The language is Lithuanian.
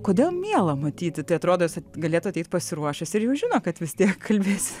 kodėl miela matyti tai atrodo kad galėtų ateiti pasiruošęs ir jau žino kad vis tiek kalbės